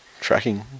tracking